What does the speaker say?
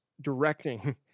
directing